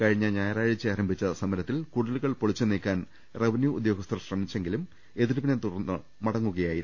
കഴിഞ്ഞ ഞായറാഴ്ച ആരംഭിച്ച സമരത്തിൽ കുടി ലുകൾ പൊളിച്ചു നീക്കാൻ റവന്യൂ ഉദ്യോഗസ്ഥർ ശ്രമിച്ചെങ്കിലും എതിർപ്പിനെ തുടർന്ന് മടങ്ങുകയായിരുന്നു